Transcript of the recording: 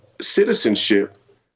citizenship